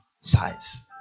size